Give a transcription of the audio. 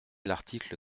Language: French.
l’article